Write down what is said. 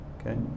okay